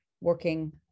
working